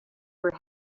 were